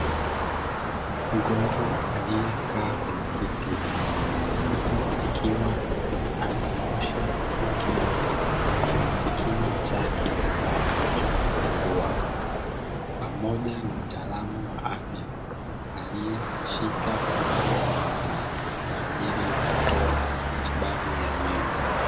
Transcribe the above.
Mgonjwa aliyekaa kwenye kiti, huku akiwa amenyoosha kidole kwenye kinywa chake alichokifungua. Pamoja na mtaalamu wa afya aliyeshika vifaa maalumu kwa ajili ya kutoa matibabu ya meno.